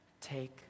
Take